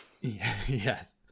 yes